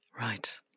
Right